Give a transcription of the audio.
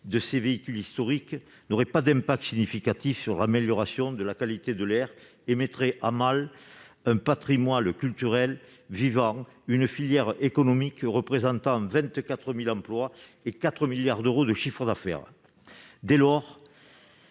de ces véhicules historiques ne permettrait pas d'améliorer de façon significative la qualité de l'air et mettrait à mal un patrimoine culturel vivant, une filière économique représentant 24 000 emplois et 4 milliards d'euros de chiffre d'affaires. Le